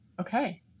Okay